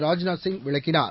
ராஜ்நாத் சிங் விளக்கினார்